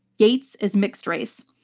yates is mixed race.